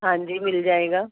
ہاں جی مل جائے گا